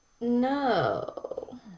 No